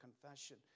confession